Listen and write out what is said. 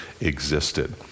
existed